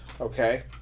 Okay